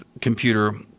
computer